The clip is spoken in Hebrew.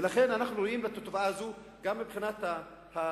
ולכן אנחנו רואים את התופעה הזאת גם מבחינת הערכיות,